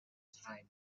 time